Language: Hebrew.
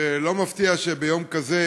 זה לא מפתיע שביום כזה